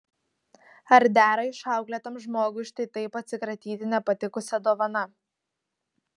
ar dera išauklėtam žmogui štai taip atsikratyti nepatikusia dovana